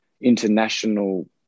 international